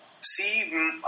see